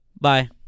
Bye